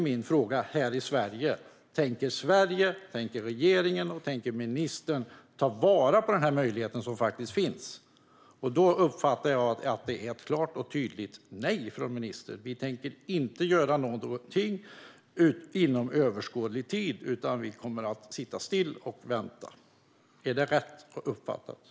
Min fråga är: Tänker Sverige, regeringen och ministern ta vara på den möjlighet som faktiskt finns? Jag uppfattar att det är ett klart och tydligt nej från ministern: Vi tänker inte göra någonting inom överskådlig tid, utan vi kommer att sitta still och vänta. Är detta rätt uppfattat?